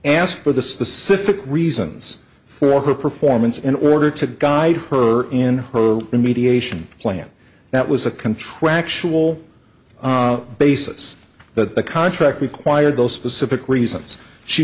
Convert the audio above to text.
asked for the specific reasons for her performance in order to guide her in her mediation plan that was a contractual basis that the contract required those specific reasons she